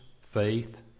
faith